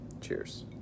cheers